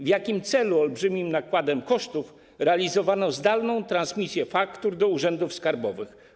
W jakim celu olbrzymim nakładem kosztów realizowano zdalną transmisję faktur do urzędów skarbowych?